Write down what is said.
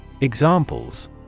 Examples